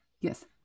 Yes